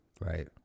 Right